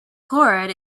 chloride